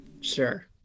Sure